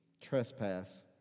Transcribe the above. trespass